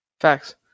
Facts